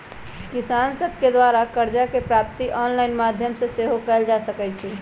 किसान सभके द्वारा करजा के प्राप्ति ऑनलाइन माध्यमो से सेहो कएल जा सकइ छै